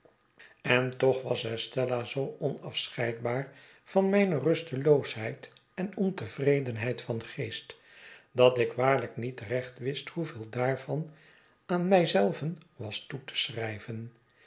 en toch was estella zoo onafscheidbaar van mijne rusteloosheid en ontevredenheid van geest dat ik waarlijk niet recht wist hoeveel daarvan aan mij zelven was toe te schrijven